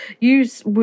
use